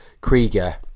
Krieger